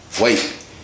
Wait